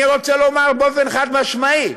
אני רוצה לומר באופן חד-משמעי: